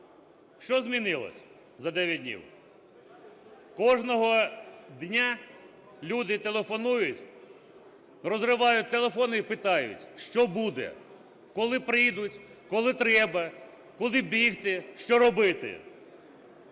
Що змінилось за 9 днів? Кожного дня люди телефонують, розривають телефони і питають: "Що буде? Коли прийдуть? Коли треба? Куди бігти? Що робити?"